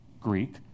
Greek